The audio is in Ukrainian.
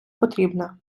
потрібне